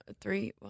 three